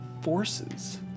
forces